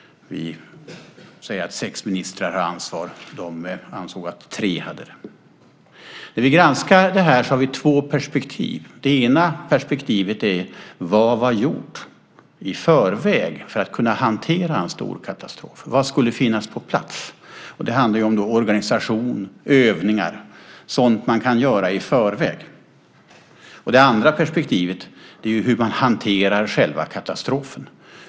Vi säger att sex ministrar har ansvar; kommissionen ansåg att det var tre. När vi granskar detta har vi två perspektiv. Det ena handlar om vad som hade gjorts i förväg för att man skulle kunna hantera en stor katastrof. Vad skulle finnas på plats? Det handlar om organisation, övningar och sådant man kan göra i förväg. Det andra handlar om hur man hanterar själva katastrofen.